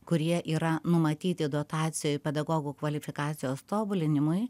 kurie yra numatyti dotacijai pedagogų kvalifikacijos tobulinimui